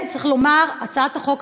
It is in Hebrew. צריך לומר: הצעת החוק,